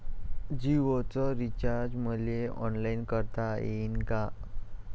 जीओच रिचार्ज मले ऑनलाईन करता येईन का?